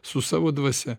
su savo dvasia